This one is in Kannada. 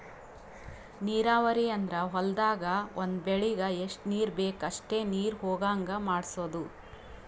ನೀರಾವರಿ ಅಂದ್ರ ಹೊಲ್ದಾಗ್ ಒಂದ್ ಬೆಳಿಗ್ ಎಷ್ಟ್ ನೀರ್ ಬೇಕ್ ಅಷ್ಟೇ ನೀರ ಹೊಗಾಂಗ್ ಮಾಡ್ಸೋದು